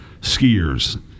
skiers